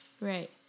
right